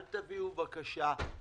אל תביאו בקשה,